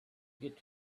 get